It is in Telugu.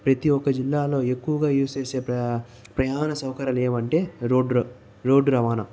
ప్రతి ఒక జిల్లాలో ఎక్కువగా యూజ్ చేసే ప్రయాణ సౌకర్యాలు ఏవంటే రోడ్డు రోడ్డు రవాణా